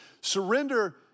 Surrender